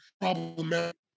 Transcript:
problematic